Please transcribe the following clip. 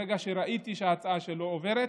ברגע שראיתי שההצעה שלו עוברת,